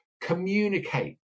communicate